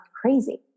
crazy